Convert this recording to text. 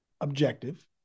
objective